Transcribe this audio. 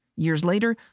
years later,